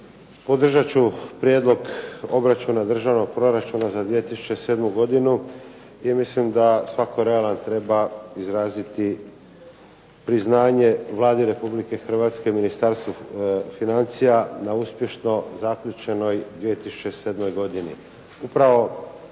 Podržat ću Prijedlog obračuna Državnog proračuna za 2007. godinu i mislim da svatko realan treba izraziti priznanje Vladi Republike Hrvatske, Ministarstvu financija na uspješno zaključenoj 2007. godini.